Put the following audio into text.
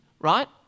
right